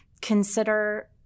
consider